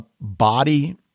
body